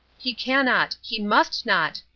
he cannot! he must not!